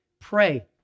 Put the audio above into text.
pray